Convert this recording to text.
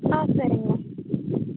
ஆ சரிங்ணா